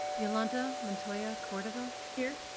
yolanda montoya-cordova. here.